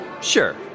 Sure